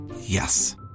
Yes